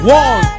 one